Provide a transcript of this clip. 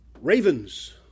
Ravens